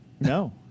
No